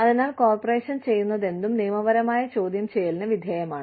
അതിനാൽ കോർപ്പറേഷൻ ചെയ്യുന്നതെന്തും നിയമപരമായ ചോദ്യം ചെയ്യലിന് വിധേയമാണ്